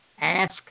Ask